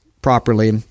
Properly